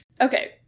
Okay